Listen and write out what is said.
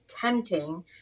tempting